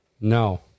No